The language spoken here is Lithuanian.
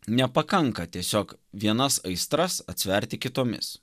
nepakanka tiesiog vienas aistras atsverti kitomis